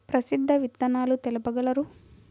ప్రసిద్ధ విత్తనాలు తెలుపగలరు?